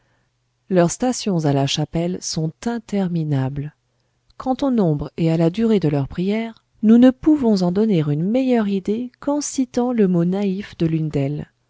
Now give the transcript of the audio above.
leurs stations à la chapelle sont interminables quant au nombre et à la durée de leurs prières nous ne pouvons en donner une meilleure idée qu'en citant le mot naïf de l'une d'elles